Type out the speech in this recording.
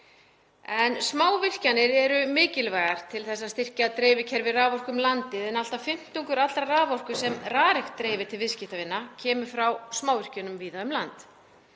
Smávirkjanir eru mikilvægar til þess að styrkja dreifikerfi raforku um landið en allt að fimmtungur allrar raforku sem Rarik dreifir til viðskiptavina kemur frá smávirkjunum víða um land.